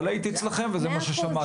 אבל הייתי אצלכם וזה מה ששמעתי.